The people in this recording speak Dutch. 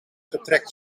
vertrekt